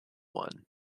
one